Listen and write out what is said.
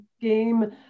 game